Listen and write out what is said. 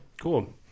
Cool